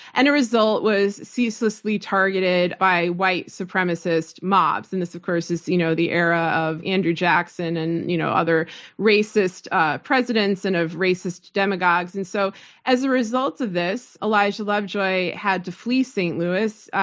and as a result was ceaselessly targeted by white supremacist mobs. and this, of course, is you know the era of andrew jackson and you know other racist ah presidents and of racist demagogues. and so as a result of this, elijah lovejoy had to flee st. louis.